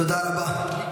תודה רבה.